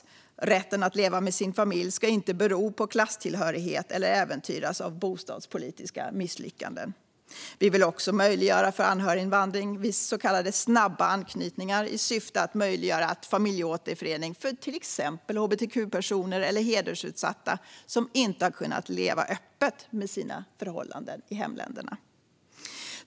Rätten att leva med sin familj ska inte bero på klasstillhörighet eller äventyras av bostadspolitiska misslyckanden. Vi vill också möjliggöra för anhöriginvandring vid så kallade snabba anknytningar, i syfte att möjliggöra familjeåterförening för till exempel hbtq-personer eller hedersutsatta som inte har kunnat leva öppet med sina förhållanden i hemländerna.